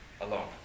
alone